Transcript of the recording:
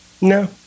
No